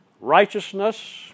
righteousness